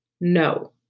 No